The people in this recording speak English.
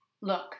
Look